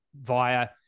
via